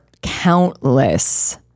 countless